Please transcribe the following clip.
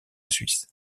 suisse